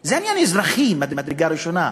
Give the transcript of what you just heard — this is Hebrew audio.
זה עניין אזרחי ממדרגה ראשונה,